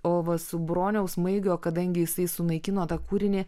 o va su broniaus maigio kadangi jisai sunaikino tą kūrinį